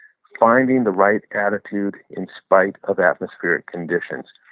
finding the right attitude in spite of atmospheric conditions.